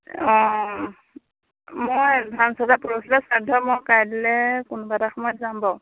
অঁ মই এডভান্স এটা